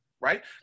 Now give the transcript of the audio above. right